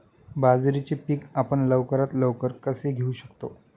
बाजरीचे पीक आपण लवकरात लवकर कसे घेऊ शकतो?